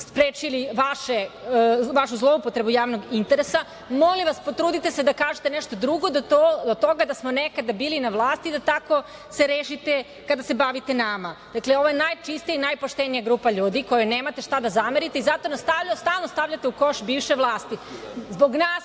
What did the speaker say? sprečili vašu zloupotrebu javnog interesa. Molim vas, potrudite se da kažete nešto drugo od toga da smo nekada bili na vlasti, da tako se rešite kada se bavite nama. Dakle, ovo je najčistija i najpoštenija grupa ljudi kojoj nemate šta da zamerite i zato nam stalno stavljate u koš bivše vlasti.